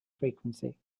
frequency